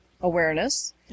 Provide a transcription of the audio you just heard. awareness